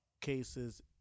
cases